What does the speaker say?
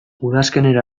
udazkenera